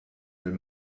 will